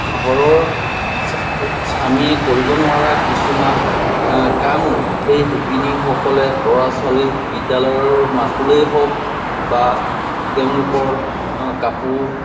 ঘৰৰ স্বামীয়ে কৰিব নোৱাৰা কিছুমান কামো সেই শিপিনীসকলে ল'ৰা ছোৱালী বিদ্যালয়ৰ মাচুলেই হওক বা তেওঁলোকৰ কাপোৰ